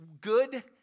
good